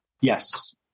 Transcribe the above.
Yes